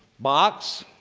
box.